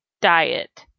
diet